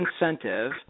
incentive